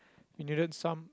we needed some